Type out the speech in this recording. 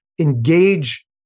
engage